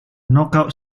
knockout